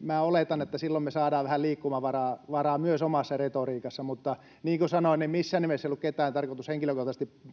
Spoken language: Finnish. minä oletan, että silloin me saadaan vähän liikkumavaraa myös omassa retoriikassa. Mutta niin kuin sanoin, missään nimessä ei ollut tarkoitus ketään henkilökohtaisesti